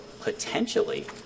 potentially